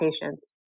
patients